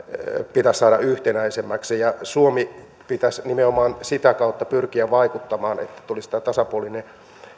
pitäisi saada yhtenäisemmäksi ja suomen pitäisi nimenomaan sitä kautta pyrkiä vaikuttamaan että tulisi tämä tasapuolinen